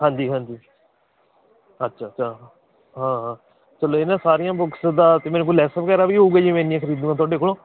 ਹਾਂਜੀ ਹਾਂਜੀ ਅੱਛਾ ਅੱਛਾ ਹਾਂ ਚਲ ਇਹਨਾਂ ਸਾਰੀਆਂ ਬੁੱਕਸ ਦਾ ਕਿਵੇਂ ਕੋਈ ਲੈਸ ਵਗੈਰਾ ਵੀ ਹੋਊਗਾ ਜੇ ਮੈਂ ਇੰਨੀਆਂ ਖਰੀਦੂੰਗਾ ਤੁਹਾਡੇ ਕੋਲੋਂ